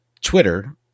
Twitter